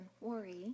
worry